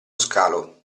scalo